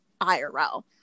IRL